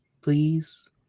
please